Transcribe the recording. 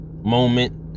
moment